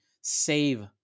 save